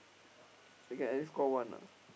they can at least score one ah